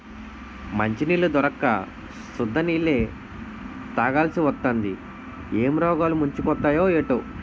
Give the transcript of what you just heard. మంచినీళ్లు దొరక్క సుద్ద నీళ్ళే తాగాలిసివత్తాంది ఏం రోగాలు ముంచుకొత్తయే ఏటో